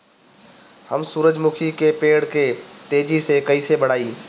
हम सुरुजमुखी के पेड़ के तेजी से कईसे बढ़ाई?